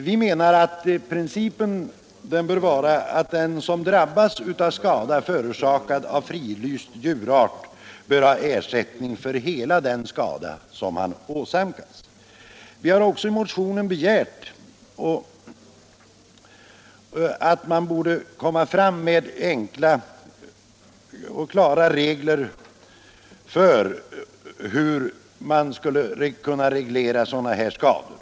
Vi menar att principen bör vara att den som drabbas av skada, förorsakad av fridlyst djurart, får ersättning för hela den skada han åsamkats. Vi har också i motionen begärt förslag till enkla och klara regler för reglering av sådana här skador.